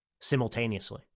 Simultaneously